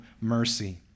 mercy